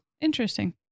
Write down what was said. Interesting